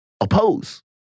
oppose